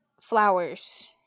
Flowers